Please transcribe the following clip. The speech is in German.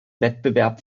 wettbewerb